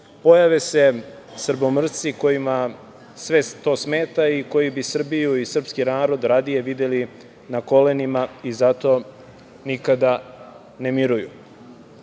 pojave se srbomrsci kojima sve to smeta i koji bi Srbiju i srpski narod radije videli na kolenima i zato nikada ne miruju.